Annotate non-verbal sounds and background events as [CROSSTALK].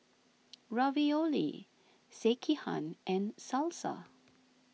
[NOISE] Ravioli Sekihan and Salsa